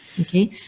okay